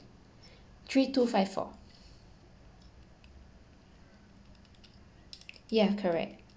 three two five four yeah correct